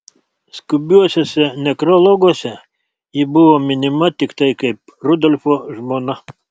skubiuosiuose nekrologuose ji buvo minima tiktai kaip rudolfo žmona